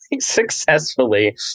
successfully